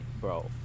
bro